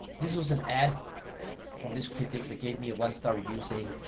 this was an ad from this critic they gave me a one star review saying,